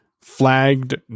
flagged